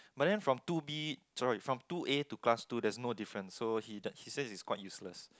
but then from two B sorry from two A to class two there's no difference so he that he says it's quite useless